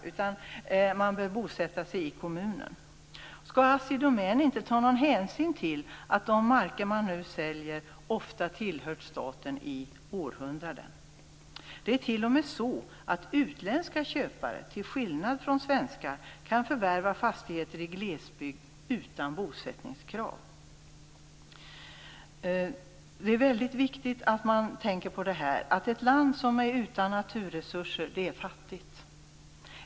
Jag menar att den som äger skogen bör bosätta sig i kommunen. Skall Assi Domän inte ta någon hänsyn till att de marker som man nu säljer ofta tillhört staten i århundraden? Det är t.o.m. så att utländska köpare, till skillnad från svenska, kan förvärva fastigheter i glesbygd utan bosättningskrav. Det är väldigt viktigt att man tänker på att ett land som är utan naturresurser är fattigt.